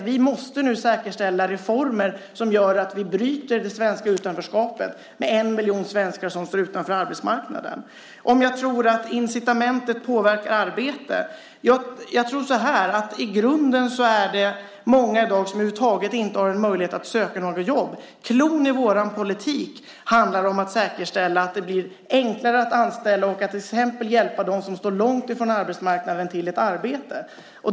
Vi måste nu säkerställa reformer som gör att vi bryter det svenska utanförskapet med en miljon svenskar som står utanför arbetsmarknaden. Man undrade om jag tror att incitamentet påverkar arbetet. Jag tror att det i grunden är många i dag som över huvud taget inte har en möjlighet att söka några jobb. Cloun i vår politik handlar om att säkerställa att det blir enklare att anställa och att till exempel hjälpa dem som står långt ifrån arbetsmarknaden till ett arbete.